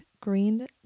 green